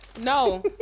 No